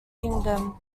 kingdom